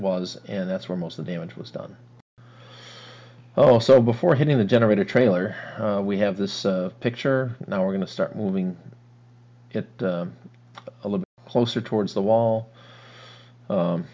was and that's where most of the damage was done oh so before hitting the generator trailer we have this picture now we're going to start moving it a little closer towards the wall